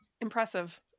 impressive